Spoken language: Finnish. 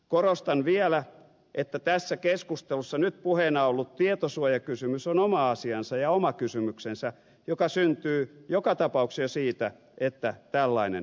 korostan vielä että tässä keskustelussa nyt puheena ollut tietosuojakysymys on oma asiansa ja oma kysymyksensä joka syntyy joka tapauksessa jo siitä että tällainen rekisteri perustetaan